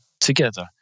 together